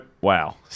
Wow